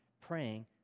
praying